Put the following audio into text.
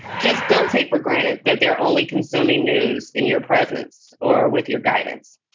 just don't take for granted that they're only consuming news in your presence or with your guidance.